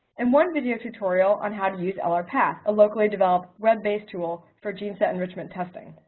and one video tutorial on how to use lrpath, a locally developed web-based tool for gene set enrichment testing.